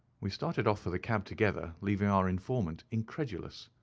we started off for the cab together, leaving our informant incredulous,